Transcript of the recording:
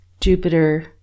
jupiter